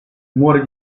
muore